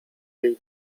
jej